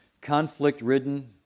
conflict-ridden